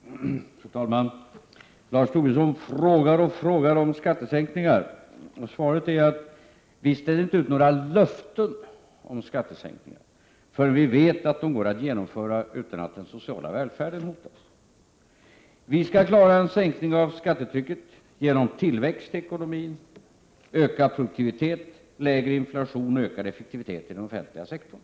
Fru talman! Lars Tobisson frågar och frågar om skattesänkningar. Svaret äratt vi inte ställer ut några löften om skattesänkningar förrän vi vet att de går att genomföra utan att den sociala välfärden hotas. Vi skall klara en sänkning av skattetrycket genom tillväxt i ekonomin, ökad produktivitet, lägre inflation och ökad effektivitet inom den offentliga sektorn.